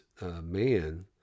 man